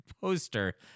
poster